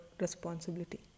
responsibility